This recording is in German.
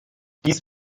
dies